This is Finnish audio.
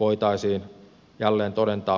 voitaisiin jälleen todentaa vieraaseen valtioon